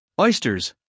oysters